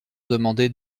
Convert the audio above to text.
demander